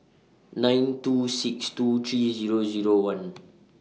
nine two six two three Zero Zero one